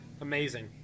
amazing